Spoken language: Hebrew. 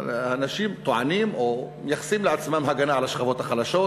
האנשים טוענים או מייחסים לעצמם הגנה על השכבות החלשות,